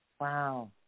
Wow